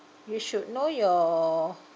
you should know your